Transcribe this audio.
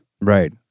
Right